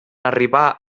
arribà